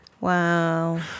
Wow